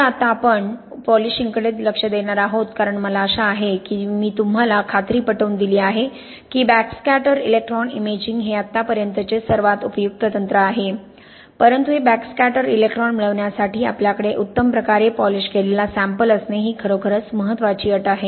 तर आता आपण पॉलिशिंगकडे लक्ष देणार आहोत कारण मला आशा आहे की मी तुम्हाला खात्री पटवून दिली आहे की बॅकस्कॅटर इलेक्ट्रॉन इमेजिंग हे आतापर्यंतचे सर्वात उपयुक्त तंत्र आहे परंतु हे बॅकस्कॅटर इलेक्ट्रॉन मिळविण्यासाठी आपल्याकडे उत्तम प्रकारे पॉलिश केलेला सॅम्पल असणे ही खरोखरच महत्त्वाची अट आहे